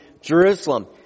Jerusalem